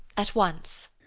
at once!